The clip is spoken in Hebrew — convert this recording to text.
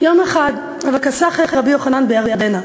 יום אחד "קא סחי רבי יוחנן בירדנא".